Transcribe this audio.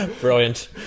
Brilliant